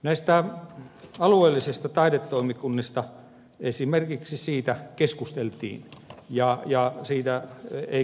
näistä alueellisista taidetoimikunnista esimerkiksi keskusteltiin eikä ihan vähän